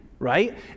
right